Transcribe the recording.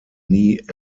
nie